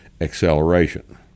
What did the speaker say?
acceleration